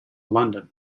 london